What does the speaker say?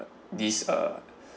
this uh